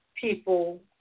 people